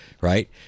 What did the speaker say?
right